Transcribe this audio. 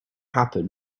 happened